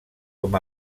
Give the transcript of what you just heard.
com